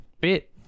bit